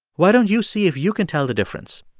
why don't you see if you can tell the difference?